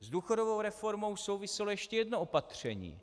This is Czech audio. S důchodovou reformou souviselo ještě jedno opatření.